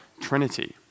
Trinity